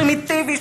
פרימיטיבי,